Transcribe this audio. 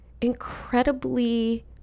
incredibly